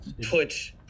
put